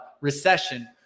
recession